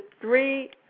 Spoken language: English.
three